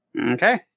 Okay